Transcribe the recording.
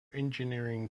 engineering